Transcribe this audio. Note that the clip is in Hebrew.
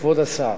כבוד השר,